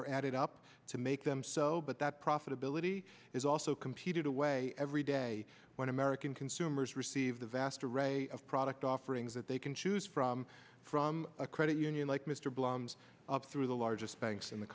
are added up to make them so but that profitability is also competed away every day when american consumers receive the vast array of product offerings that they can choose from from a credit union like mr blossoms up through the largest banks in the